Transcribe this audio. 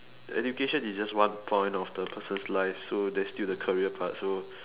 education is just one point of the person's life so there's still the career part so